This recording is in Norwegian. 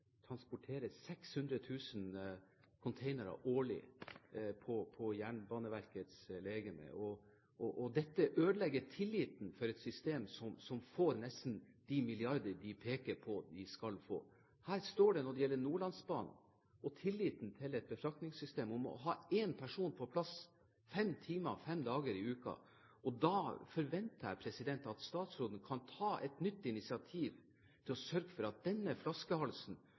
transporterer 600 000 containere årlig på jernbanelegemet. Dette ødelegger tilliten til et system som får nesten de milliardene de peker på. Slik står det når det gjelder Nordlandsbanen og tilliten til et befraktingssystem om å ha én person på plass fem timer fem dager i uken. Da forventer jeg at statsråden med tanke på denne flaskehalsen kan ta et nytt initiativ til å sørge for at